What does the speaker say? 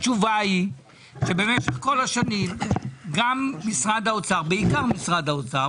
התשובה היא שבמשך כל השנים בעיקר משרד האוצר,